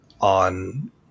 on